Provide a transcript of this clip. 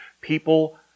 People